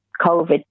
COVID